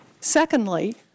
Secondly